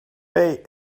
pay